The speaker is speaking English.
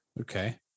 Okay